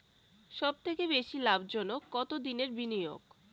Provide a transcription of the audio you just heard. সবথেকে বেশি লাভজনক কতদিনের বিনিয়োগ?